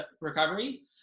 recovery